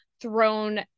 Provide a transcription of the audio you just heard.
thrown